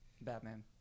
Batman